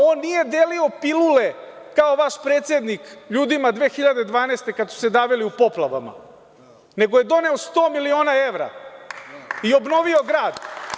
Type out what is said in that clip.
On nije delio pilule kao vaš predsednik ljudima 2012. godine kada su se davili u poplavama, nego je doneo 100 miliona evra i obnovio grad.